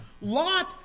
Lot